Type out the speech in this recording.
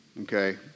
okay